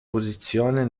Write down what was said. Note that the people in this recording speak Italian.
posizione